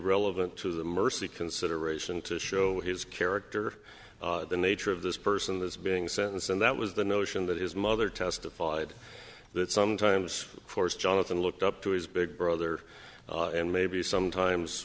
relevant to the mercy consideration to show his character the nature of this person as being sentenced and that was the notion that his mother testified that sometimes force jonathan looked up to his big brother and maybe sometimes